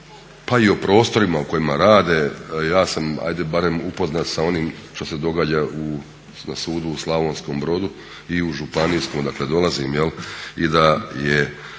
pa i o prostorima u kojima rade. Ja sam hajde barem upoznat sa onim što se događa na sudu u Slavonskom Brodu i u Županijskom odakle dolazim. I da je